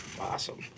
Awesome